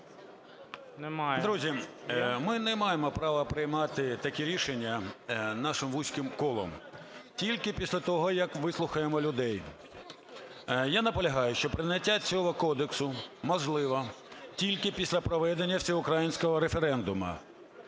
Друзі, ми не маємо право приймати таке рішення нашим вузьким колом, тільки після того, як вислухаємо людей. Я наполягаю, що прийняття цього кодексу можливо тільки після проведення всеукраїнського референдуму.